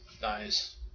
Dies